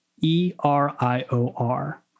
E-R-I-O-R